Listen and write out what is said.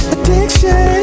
Addiction